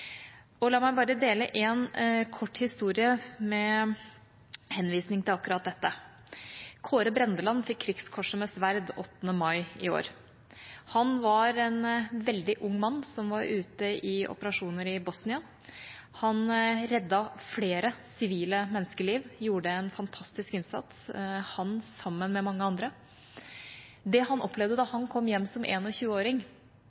Og la meg bare dele en kort historie med henvisning til akkurat dette: Kåre Brændeland fikk Krigskorset med sverd 8. mai i år. Han var en veldig ung mann som var ute i operasjoner i Bosnia. Han reddet flere sivile menneskeliv og gjorde en fantastisk innsats – han, sammen med mange andre. Det han opplevde da